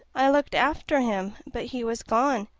i looked after him, but he was gone,